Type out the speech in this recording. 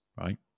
right